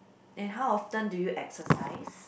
and how often do you exercise